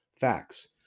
Facts